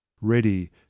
ready